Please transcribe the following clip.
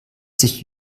sich